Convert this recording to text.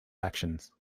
actions